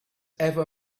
ever